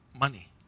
money